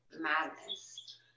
madness